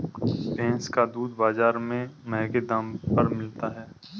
भैंस का दूध बाजार में महँगे दाम पर मिलता है